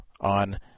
On